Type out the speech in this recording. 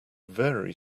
very